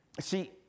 See